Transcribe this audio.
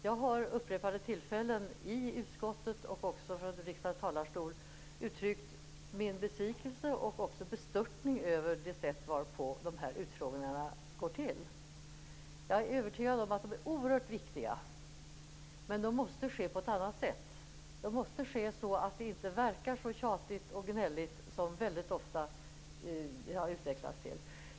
Jag har vid upprepade tillfällen i utskottet och i riksdagens talarstol uttryckt min besvikelse och bestörtning över det sätt varpå dessa utfrågningar går till. Jag är övertygad om att utfrågningarna är oerhört viktiga, men de måste ske på ett annat sätt så att de inte verkar så tjatiga och gnälliga som de väldigt ofta har utvecklats till.